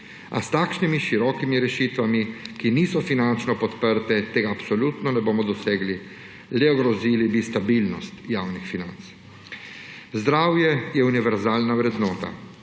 A s takšnimi širokimi rešitvami, ki niso finančno podprte, tega absolutno ne bomo dosegli, le ogrozil bi stabilnost javnih financ. Zdravje je univerzalna vrednota,